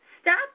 Stop